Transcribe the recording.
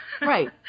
Right